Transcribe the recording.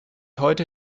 heute